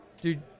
dude